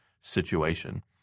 situation